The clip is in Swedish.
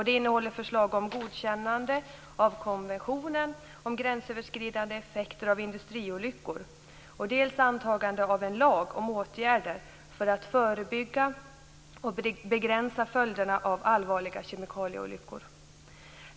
Det innehåller förslag dels om godkännande av konventionen om gränsöverskridande effekter av industriolyckor, dels om antagande av en lag om åtgärder för att förebygga och begränsa följderna av allvarliga kemikalieolyckor.